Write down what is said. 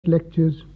Lectures